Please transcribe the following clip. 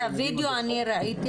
הדוחות --- את הווידאו אני ראיתי,